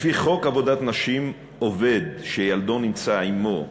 לפי חוק עבודת נשים, עובד שילדו נמצא עמו,